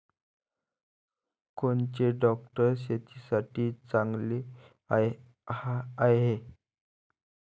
कोनचे ट्रॅक्टर शेतीसाठी चांगले हाये?